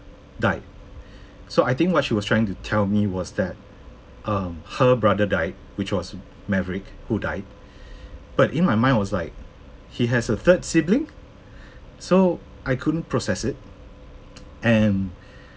died so I think what she was trying to tell me was that um her brother died which was maverick who died but in my mind was like he has a third sibling so I couldn't process it and